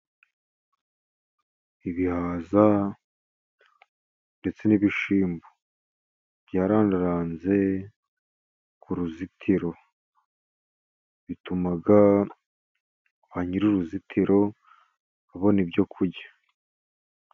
Ibihaza ndetse n'ibishimbo byarandaranze ku ruzitiro. Bituma kwa nyiri uruzitiro abona ibyo kurya.